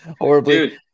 horribly